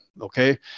okay